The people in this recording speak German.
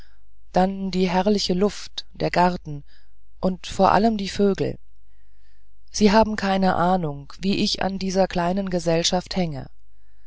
dann die herrliche luft der garten und vor allem die vögel sie haben keine ahnung wie ich an dieser kleinen gesellschaft hänge